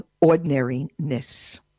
ordinariness